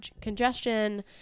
congestion